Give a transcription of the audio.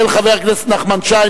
של חבר הכנסת נחמן שי.